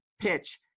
PITCH